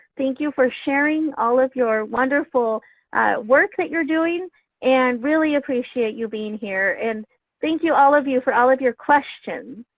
thank you for sharing all of your wonderful work that you're doing and really appreciate you being here. and thank you all of you for all of your questions,